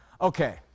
Okay